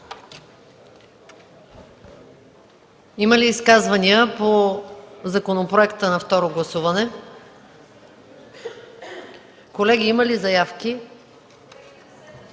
Има ли изказвания по законопроекта за второ гласуване? Колеги, има ли такива